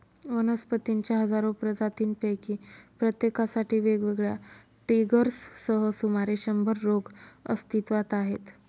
वनस्पतींच्या हजारो प्रजातींपैकी प्रत्येकासाठी वेगवेगळ्या ट्रिगर्ससह सुमारे शंभर रोग अस्तित्वात आहेत